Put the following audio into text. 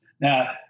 Now